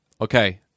okay